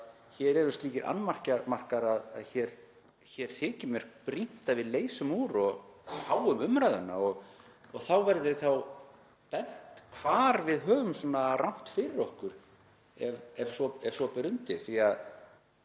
hér séu slíkir annmarkar á að það sé brýnt að við leysum úr því og fáum umræðuna og þá verði bent á hvar við höfum rangt fyrir okkur ef svo ber undir.